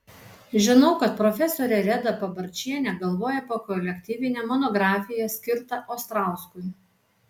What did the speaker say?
žinau kad profesorė reda pabarčienė galvoja apie kolektyvinę monografiją skirtą ostrauskui